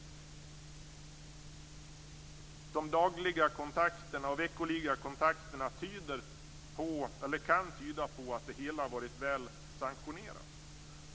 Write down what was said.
De dagliga och veckoliga kontakterna kan tyda på att det hela varit väl sanktionerat.